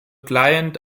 client